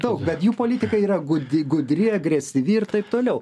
daug bet jų politika yra gud gudri agresyvi ir taip toliau